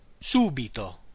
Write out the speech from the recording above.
Subito